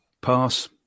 pass